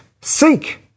seek